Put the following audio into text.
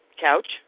couch